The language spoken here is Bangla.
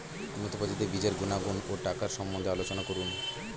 উন্নত প্রজাতির বীজের গুণাগুণ ও টাকার সম্বন্ধে আলোচনা করুন